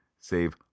save